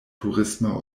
turisma